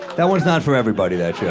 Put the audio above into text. that one's not for everybody, that yeah